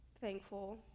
thankful